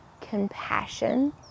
compassion